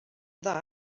dda